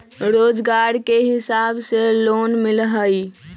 रोजगार के हिसाब से लोन मिलहई?